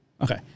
Okay